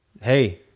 hey